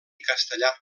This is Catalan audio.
castellà